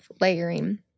layering